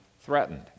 threatened